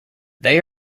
they